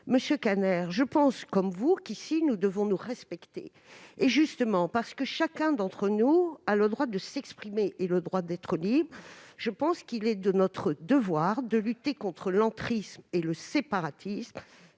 nom des libertés. Je pense comme vous qu'ici nous devons nous respecter. C'est justement parce que chacun d'entre nous a le droit de s'exprimer et d'être libre qu'il est de notre devoir de lutter contre l'entrisme et le séparatisme.